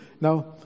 Now